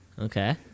Okay